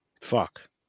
Fuck